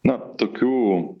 na tokių